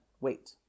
wait